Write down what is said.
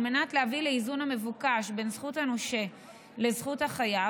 על מנת להביא לאיזון המבוקש בין זכות הנושה לזכות החייב,